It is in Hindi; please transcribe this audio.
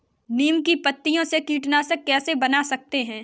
नीम की पत्तियों से कीटनाशक कैसे बना सकते हैं?